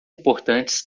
importantes